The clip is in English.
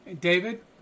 David